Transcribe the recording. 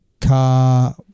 Car